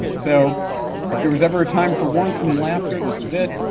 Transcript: so if there was ever a time for warmth and laughter this is it.